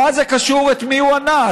מה זה קשור את מי הוא אנס?